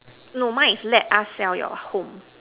no mine is let us sell your home